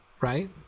right